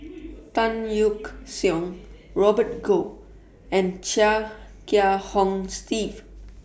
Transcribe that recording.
Tan Yeok Seong Robert Goh and Chia Kiah Hong Steve